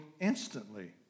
instantly